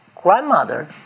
grandmother